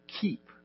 keep